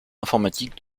informatique